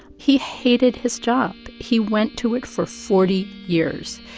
he hated his job. he went to it for forty years.